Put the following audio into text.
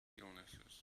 illnesses